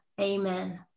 amen